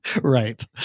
Right